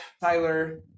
Tyler